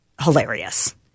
hilarious